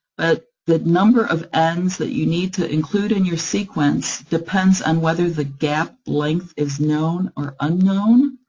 but the number of and ns that you need to include in your sequence sequence depends on whether the gap length is known or unknown,